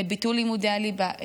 וביטול לימודי הליבה,